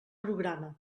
programa